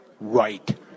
right